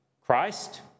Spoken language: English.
Christ